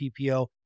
PPO